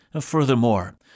Furthermore